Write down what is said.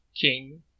king